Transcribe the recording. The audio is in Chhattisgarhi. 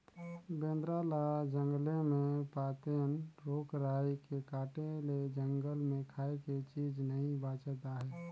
बेंदरा ल जंगले मे पातेन, रूख राई के काटे ले जंगल मे खाए के चीज नइ बाचत आहे